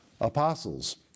apostles